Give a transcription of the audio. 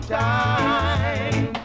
time